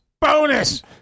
bonus